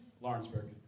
Lawrenceburg